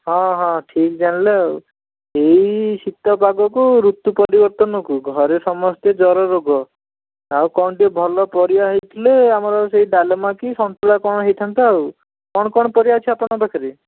ହଁ ହଁ ଠିକ୍ ଜାଣିଲେ ଆଉ ଏଇ ଶୀତ ପାଗକୁ ଋତୁ ପରିବର୍ତ୍ତନକୁ ଘରେ ସମସ୍ତେ ଜର ରୋଗ ଆଉ କ'ଣ ଟିକିଏ ଭଲ ପରିବା ହେଇଥିଲେ ଆମର ସେ ଡାଲମା କି ସନ୍ତୁଳା କ'ଣ ହେଇଥାନ୍ତା ଆଉ କ'ଣ କ'ଣ ପରିବା ଅଛି ଆପଣଙ୍କ ପାଖରେ